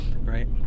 right